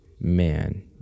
man